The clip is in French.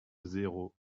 zéro